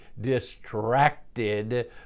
distracted